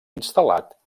instal·lat